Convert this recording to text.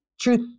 truth